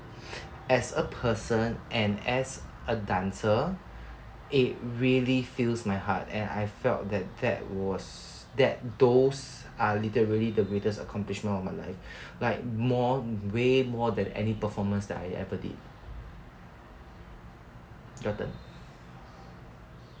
as a person and as a dancer it really fills my heart and I felt that that was that those are literally the greatest accomplishment of my life like more way more than any performance that I ever did your turn